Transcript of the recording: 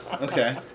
Okay